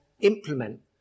implement